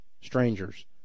strangers